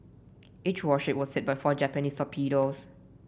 each warship was hit by four Japanese torpedoes